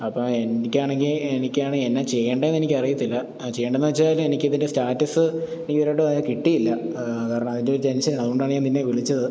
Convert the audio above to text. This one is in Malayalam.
അപ്പോൾ എനിക്കാണെങ്കിൽ എനിക്കാണെൽ എന്നാ ചെയ്യണ്ടതെന്ന് എനിക്കറിയതില്ല ചെയ്യണ്ടേന്ന് വെച്ചാൽ എനിക്കിതിന്റെ സ്റ്റാറ്റസ് ഇത് വരെയായിട്ടും കിട്ടിയില്ല കാരണം അതിന്റെ ടെൻഷൻ അതുകൊണ്ടാണ് ഞാൻ നിന്നെ വിളിച്ചത്